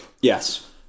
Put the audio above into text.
Yes